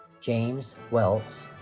james weltz,